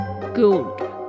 Good